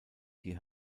die